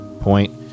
point